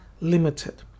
limited